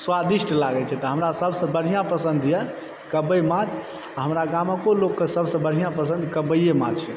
स्वादिष्ट लागै छै तऽ हमरा सब सऽ बढ़िऑं पसंद यऽ कब्बइ माछ आ हमरा गामको लोकके सब सऽ बढ़िऑं पसन्द कब्बइये माछ यऽ